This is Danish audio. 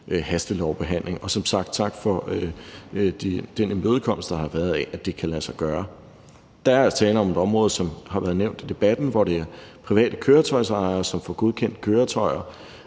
hastelovbehandling. Og som sagt tak for den imødekommenhed, der har været, i forhold til at det kan lade sig gøre. Der er tale om et område, som har været nævnt i debatten, og hvor det er private køretøjsejere, som får godkendt køretøjer,